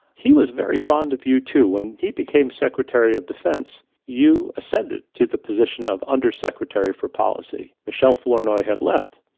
he was very fond of you, too. when he became secretary of defense, you ascended to the position of undersecretary for policy, michele flournoy had left,